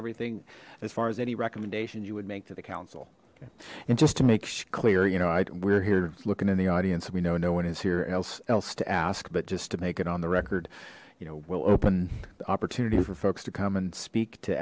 everything as far as any recommendations you would make to the council and just to make clear you know i we're here looking in the audience and we know no one is here else else to ask but just to make it on the record you know we'll open the opportunity for folks to come and speak to